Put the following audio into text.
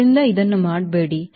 ಆದ್ದರಿಂದ ಇದನ್ನು ಮಾಡಬೇಡಿ